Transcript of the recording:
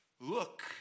Look